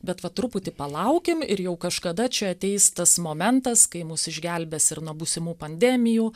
bet va truputį palaukim ir jau kažkada čia ateis tas momentas kai mus išgelbės ir nuo būsimų pandemijų